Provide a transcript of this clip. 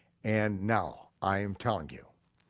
and now i'm telling you,